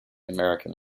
american